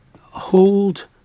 hold